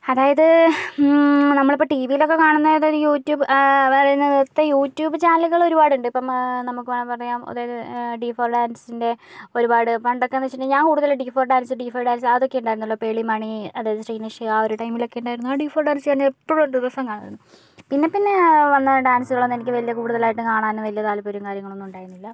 അതായത് നമ്മളിപ്പോൾ ടി വിയിലൊക്കെ കാണുന്നത് യൂട്യൂബ് പറയുന്നത് ഇപ്പോൾ യൂട്യൂബ് ചാനലുകൾ ഒരുപാടുണ്ട് ഇപ്പം നമുക്കിപ്പോൾ പറയാം അതായത് ഡി ഫോർ ഡാൻസിന്റെ ഒരുപാട് പണ്ടൊക്കെ എന്ന് വെച്ചിട്ടുണ്ടെങ്കിൽ ഞാൻ കൂടുതൽ D four dance D four dance അതൊക്കെ ഉണ്ടായിരുന്നുള്ളൂ പേർളി മാണി അതായത് ശ്രീനിസ് ആ ഒരു ടൈമിൽ ഒക്കെ ഉണ്ടായിരുന്നത് ഡീ ഫോർ ഡാൻസ് ഞാൻ എപ്പോഴും ദിവസവും കാണും പിന്നെ പിന്നെ വന്ന ഡാൻസുകളൊന്നും എനിക്ക് വലിയ കൂടുതലായിട്ട് കാണാനൊന്നും വലിയ താത്പര്യം കാര്യങ്ങളൊന്നും ഉണ്ടായിരുന്നില്ല